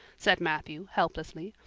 said matthew helplessly,